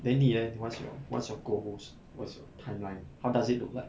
then 你 eh what's your what's your goals what's your timeline how does it look like